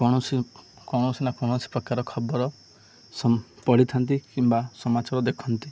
କୌଣସି କୌଣସି ନା କୌଣସି ପ୍ରକାର ଖବର ପଢ଼ିଥାନ୍ତି କିମ୍ବା ସମାଚର ଦେଖନ୍ତି